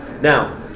Now